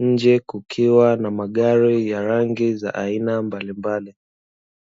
nje kukiwa na magari ya rangi za aina mbalimbali.